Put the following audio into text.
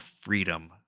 freedom